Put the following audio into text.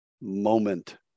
moment